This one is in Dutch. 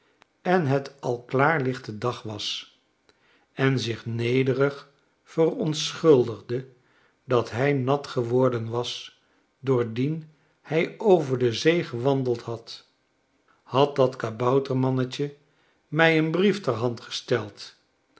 en het al klaarlichte dag was en zich nederig verontschuldigde dat hij nat geworden was doordien hij over de zee gewandeld had had dat kaboutermannetje my een brief ter hand gesteld